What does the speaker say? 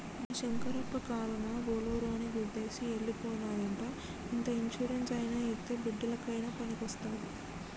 గా శంకరప్ప కారునా బోలోరోని గుద్దేసి ఎల్లి పోనాదంట ఇంత ఇన్సూరెన్స్ అయినా ఇత్తే బిడ్డలకయినా పనికొస్తాది